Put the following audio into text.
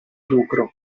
lucro